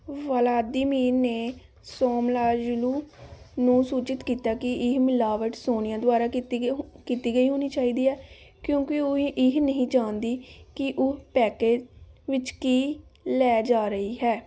Vladimir ਨੇ ਸੋਮਲਾਯੁਲੂ ਨੂੰ ਸੂਚਿਤ ਕੀਤਾ ਕੀ ਇਹ ਮਿਲਾਵਟ ਸੋਨੀਆ ਦੁਆਰਾ ਕੀਤੀ ਗਈ ਹੋ ਕੀਤੀ ਗਈ ਹੋਣੀ ਚਾਹੀਦੀ ਹੈ ਕਿਉਂਕਿ ਉਹ ਇਹ ਨਹੀਂ ਜਾਣਦੀ ਕਿ ਉਹ ਪੈਕੇਜ ਵਿੱਚ ਕੀ ਲੈ ਜਾ ਰਹੀ ਹੈ